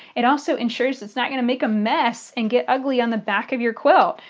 it also ensures it's not going to make a mess and get ugly on the back of your quilt.